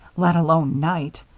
let alone night.